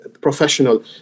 professional